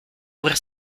ouvrir